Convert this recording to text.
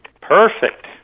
Perfect